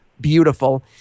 beautiful